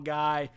guy